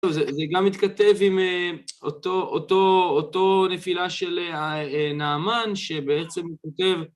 טוב, זה גם מתכתב עם אותו נפילה של נעמן, שבעצם הוא כותב...